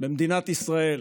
במדינת ישראל,